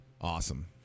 Awesome